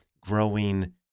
growing